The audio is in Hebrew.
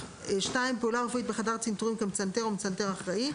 (2)פעולה רפואית בחדר צנתורים כמצנתר או מצנתר אחראי,